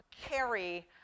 carry